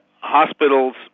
hospitals